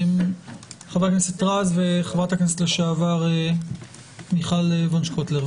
חבר הכנסת רז ואחריו חברת הכנסת לשעבר מיכל וונש קוטלר.